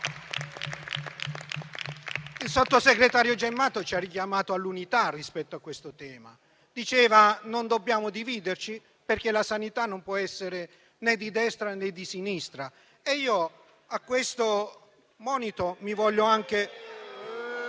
Il sottosegretario Gemmato ci ha richiamato all'unità rispetto a questo tema. Ha detto che non dobbiamo dividerci perché la sanità non può essere né di destra né di sinistra. *(Commenti)*. A questo monito mi voglio anche